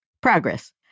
progress